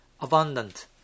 abundant